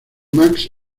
max